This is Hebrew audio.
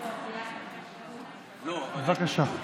בבקשה.